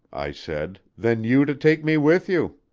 i said, than you to take me with you?